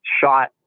shot